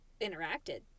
interacted